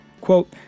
Quote